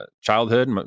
childhood